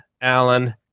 Alan